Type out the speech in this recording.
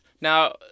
Now